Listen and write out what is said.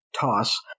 toss